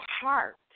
heart